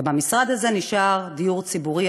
ובמשרד הזה נשאר דיור ציבורי,